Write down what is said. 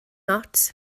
ots